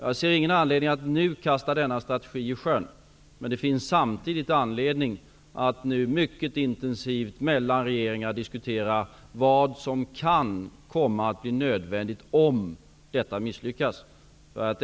Jag ser ingen anledning att nu kasta denna strategi i sjön, men det finns samtidigt anledning att nu mycket intensivt mellan regeringar diskutera vad som kan komma att bli nödvändigt om detta misslyckas.